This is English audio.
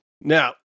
Now